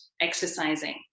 exercising